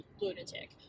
lunatic